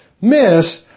miss